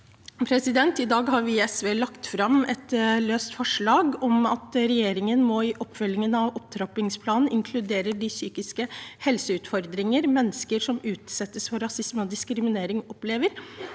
sammen. SV har i dag lagt fram et løst forslag om at regjeringen i oppfølgingen av opptrappingsplanen må inkludere de psykiske helseutfordringene som mennesker som utsettes for rasisme og diskriminering, opplever.